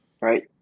right